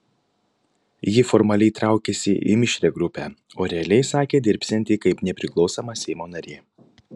ji formaliai traukiasi į mišrią grupę o realiai sakė dirbsianti kaip nepriklausoma seimo narė